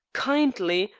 kindly,